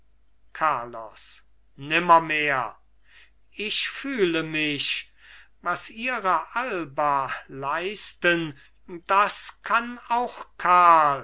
carlos nimmermehr ich fühle mich was ihre alba leisten das kann auch karl